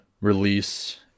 release